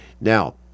Now